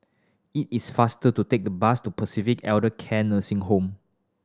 it is faster to take the bus to Pacific Elder Care Nursing Home